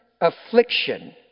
affliction